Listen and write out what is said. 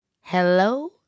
Hello